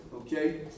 Okay